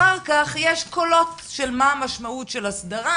אחר-כך יש קולות של מה המשמעות של הסדרה,